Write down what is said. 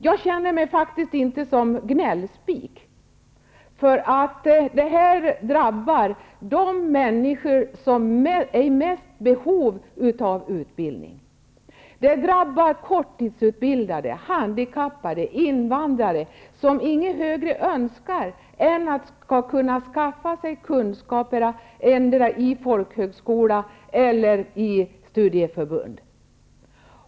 Jag känner mig faktiskt inte som en gnällspik. Det här drabbar de människor som mest är i behov av utbildning. Det drabbar korttidsutbildade, handikappade och invandrare som inget högre önskar än att kunna skaffa sig kunskaper endera i folkhögskola eller i studieförbund.